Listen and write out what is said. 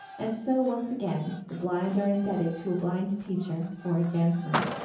and so once again, the blind are indebted to a blind teacher for advancement.